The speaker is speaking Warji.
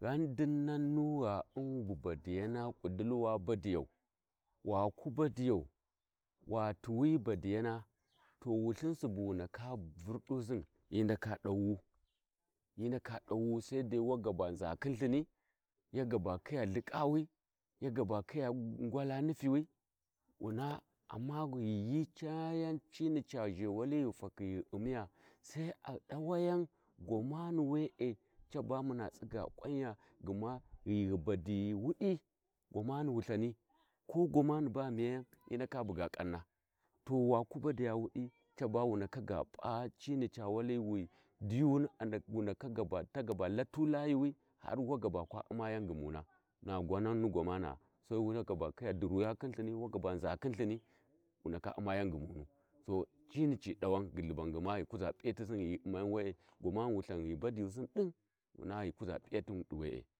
ghau dinnan nu gha un bu badiyana ƙudili wa badiyau waku badiyau wa tuwuyi baliyana to wulthun Subu wu ndaka vudusi hi ndaka dauwuu hi ndaka dauwu sai dai wa gaba nza Khin lthini ya gaba Khiya uhiƙawi ya gaba Khiya ngwala nifiwi wuna Cuma ghi hi cayan cini ca zhewali ghu fakhi ghu uniya sai a ɗawayan gwamana’a wee caba muna tsiga ƙwanya gma ghighi badiyi wudi gwamani wulthani Ko gwamani baghi miyayau hi ndaka buga ƙanna, to waku baɗiya wudi caba wu ndaka p’a cini ca Wali wi dijuni wu tu gaba latu layuwi har wa ga kwa umma yau ghumuna na gwanan ni gwamana Sai wu gaba khiya dir wuya khi lthini wu gaba nza khu lthini’ Wu ndaka wana ya ghumunu to cini a’ dawau to gultuban gma g’hi kuza p’iyati si ghi hi umayan ca wee guna wutha ghi badiyusin din wu ghi kuza p’iyatin di we’e.